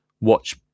Watch